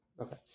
Okay